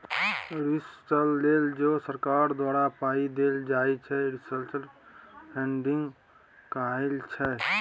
research लेल जे सरकार द्वारा पाइ देल जाइ छै रिसर्च फंडिंग कहाइ छै